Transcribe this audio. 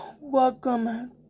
welcome